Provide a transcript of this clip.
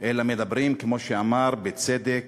אלא מדברים, כמו שהוא אמר בצדק,